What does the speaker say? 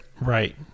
Right